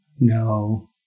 No